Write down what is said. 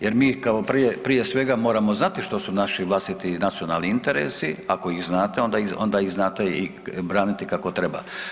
Jer mi kao, prije svega, moramo znati što su naši vlastiti nacionalni interesi, ako ih znate, onda ih znate i braniti kako treba.